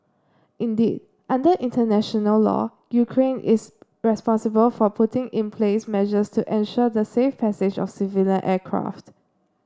indeed under international law Ukraine is responsible for putting in place measures to ensure the safe passage of civilian aircraft